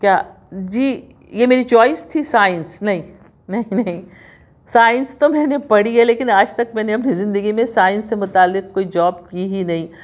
کیا جی یہ میری چوائس تھی سائنس نہیں نہیں نہیں سائنس تو میں نے پڑھی ہے لیکن آج تک میں نے اپنی زندگی میں سائنس سے متعلق کوئی جاب کی ہی نہیں